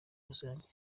rusange